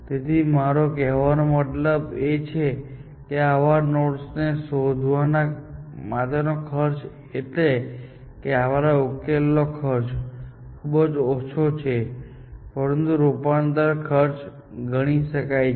તેથી મારો કહેવાનો મતલબ એ છે કે આવા નોડ્સ શોધવા માટેનો ખર્ચ એટલે કે આપણા ઉકેલનો ખર્ચ ખુબ ઓછો છે પરંતુ રૂપાંતરણનો ખર્ચ ગણી શકાય છે